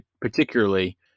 particularly